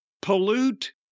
pollute